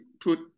put